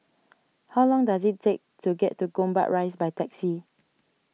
how long does it take to get to Gombak Rise by taxi